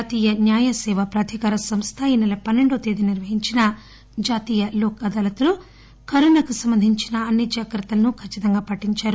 జాతీయ న్యాయ సేవా ప్రాధికార సంస్థ ఈ సెల పస్సెండు వ తేదీన నిర్వహించిన జాతీయ లోక్ అదాలత్లో కరోనా సమర్దించిన అన్ని జాగ్రత్తలను ఖచ్చితంగా పాటించారు